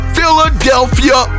Philadelphia